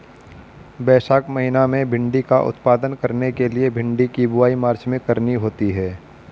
वैशाख महीना में भिण्डी का उत्पादन करने के लिए भिंडी की बुवाई मार्च में करनी होती है